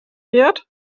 wird